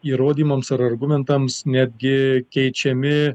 įrodymams ar argumentams netgi keičiami